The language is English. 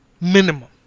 Minimum